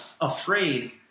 afraid